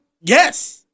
Yes